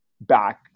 back